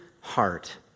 heart